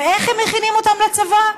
איך הם מכינים אותם לצבא?